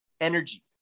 energy